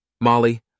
Molly